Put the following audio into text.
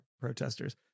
protesters